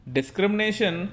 Discrimination